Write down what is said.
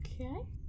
Okay